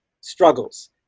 struggles